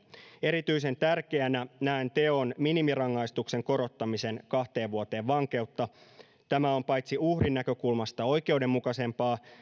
erityisen tärkeänä näen teon minimirangaistuksen korottamisen kahteen vuoteen vankeutta tämä on uhrin näkökulmasta oikeudenmukaisempaa